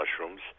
mushrooms